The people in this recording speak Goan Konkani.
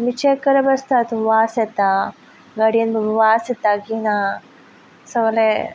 तुमी चेक करप आसता वास येता गाडयेन वास येता की ना सगलें